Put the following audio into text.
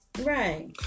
Right